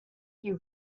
you